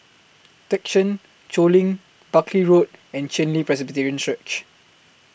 Thekchen Choling Buckley Road and Chen Li Presbyterian Church